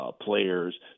players